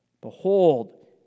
Behold